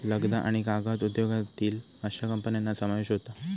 लगदा आणि कागद उद्योगातील अश्या कंपन्यांचा समावेश होता